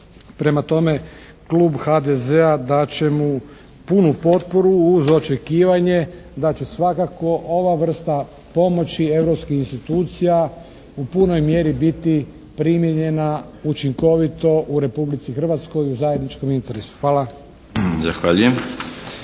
Prema tome, klub HDZ-a dat će mu punu potporu uz očekivanje da će svakako ova vrsta pomoći europskih institucija u punoj mjeri biti primijenjena učinkovito u Republici Hrvatskoj u zajedničkom interesu. Hvala.